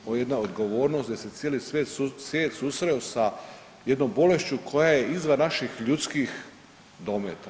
Ovo je jedna odgovornost gdje se cijeli svijet susreo sa jednom bolešću koja je izvan naših ljudskih dometa.